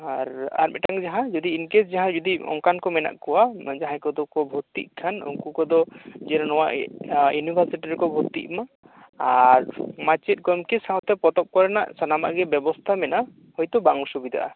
ᱟᱨ ᱟᱨ ᱢᱤᱫᱴᱟᱱ ᱡᱟᱦᱟᱸ ᱡᱩᱫᱤ ᱤᱱᱠᱮᱥ ᱡᱟᱦᱟᱸᱭ ᱡᱩᱫᱤ ᱚᱱᱠᱟᱱ ᱠᱚ ᱢᱮᱱᱟᱜ ᱠᱚᱣᱟ ᱡᱟᱦᱟᱸᱭ ᱠᱚᱫᱚ ᱠᱚ ᱵᱷᱚᱨᱛᱤᱜ ᱠᱷᱟᱱ ᱩᱱᱠᱩ ᱠᱚᱫᱚ ᱡᱮ ᱤᱭᱩᱱᱤᱵᱷᱟᱮᱥᱤᱴᱤ ᱨᱮᱠᱚ ᱵᱷᱚᱨᱛᱤᱜ ᱢᱟ ᱟᱨ ᱢᱟᱪᱮᱫ ᱜᱚᱢᱠᱮ ᱥᱟᱶᱛᱮ ᱯᱚᱛᱚᱵ ᱠᱚᱨᱮᱱᱟᱜ ᱥᱟᱱᱟᱢᱟᱜ ᱜᱮ ᱵᱮᱵᱚᱥᱛᱟ ᱢᱮᱱᱟᱜᱼᱟ ᱦᱳᱭᱛᱳ ᱵᱟᱝ ᱚᱥᱩᱵᱤᱫᱟᱜᱼᱟ